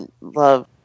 love